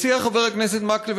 הציע חבר הכנסת מקלב,